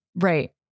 Right